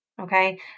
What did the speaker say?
Okay